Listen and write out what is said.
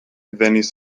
venis